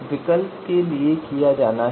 तो कॉलम मानदंड का प्रतिनिधित्व कर रहा है